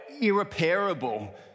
irreparable